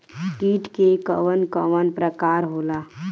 कीट के कवन कवन प्रकार होला?